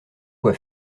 quoi